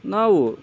ನಾವು